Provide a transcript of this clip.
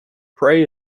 prey